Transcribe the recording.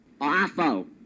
Awful